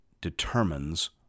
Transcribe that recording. determines